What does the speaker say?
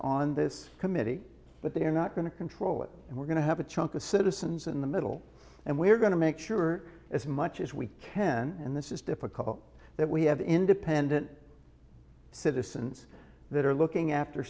on this committee but they're not going to control it and we're going to have a chunk of citizens in the middle and we're going to make sure as much as we can in this is difficult that we have independent citizens that are looking after